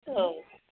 औ